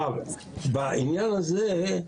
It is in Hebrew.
בעניין הזה,